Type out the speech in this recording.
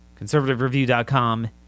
Conservativereview.com